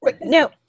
no